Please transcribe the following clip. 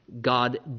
God